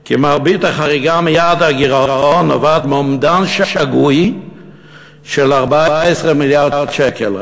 כי מרבית החריגה מיעד הגירעון נובעת מאומדן שגוי של 14 מיליארד שקלים.